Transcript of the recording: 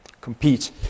compete